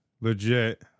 legit